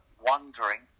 wondering